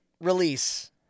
release